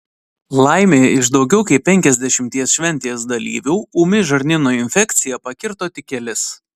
laimė iš daugiau kaip penkiasdešimties šventės dalyvių ūmi žarnyno infekcija pakirto tik kelis